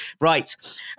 right